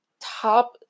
top